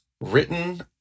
written